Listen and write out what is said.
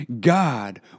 God